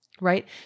Right